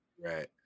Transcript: right